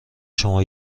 شما